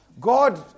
God